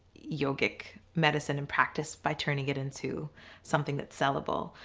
yogic medicine and practice by turning it into something thats sellable.